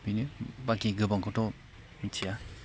बेनो बाखि गोबांखौथ' मिथिया